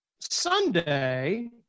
Sunday